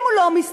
אם הוא לא מסתדר,